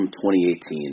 2018